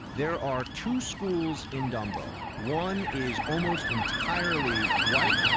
there are two schools in dumbo. one is almost entirely white,